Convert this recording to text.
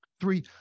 Three